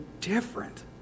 different